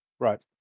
Right